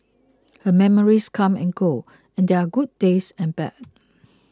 her memories come and go and there are good days and bad